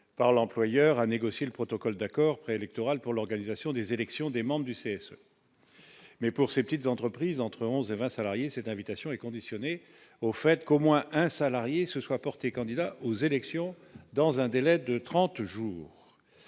par l'employeur à négocier le protocole d'accord préélectoral pour l'organisation des élections des membres du CSA, mais pour ces petites entreprises entre 11 et 20 salariés, cette invitation est conditionnée au fait qu'au moins un salarié se soit porté candidat aux élections dans un délai de 30 jours